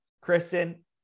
Kristen